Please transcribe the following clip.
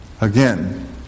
Again